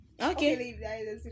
okay